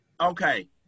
Okay